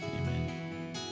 Amen